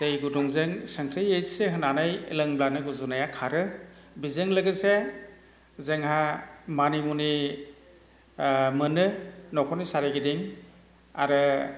दै गुदुंजों संख्रै एसे होनानै लोंब्लानो गुजुनाया खारो बिजों लोगोसे जोंहा मानि मुनि मोनो न'खरनि सारिगिदिं आरो